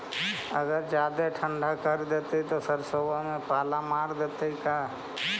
अगर जादे ठंडा कर देतै तब सरसों में पाला मार देतै का?